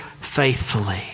faithfully